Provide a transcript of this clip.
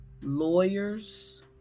lawyers